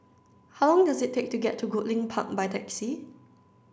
how long does it take to get to Goodlink Park by taxi